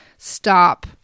stop